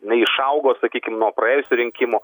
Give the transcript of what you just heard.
neišaugo sakykim nuo praėjusių rinkimų